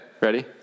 Ready